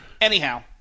Anyhow